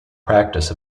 practice